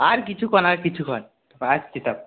আর কিছুক্ষণ আর কিছুক্ষণ আসছি তো